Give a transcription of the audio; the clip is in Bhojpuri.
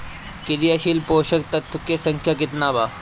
क्रियाशील पोषक तत्व के संख्या कितना बा?